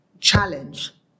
challenge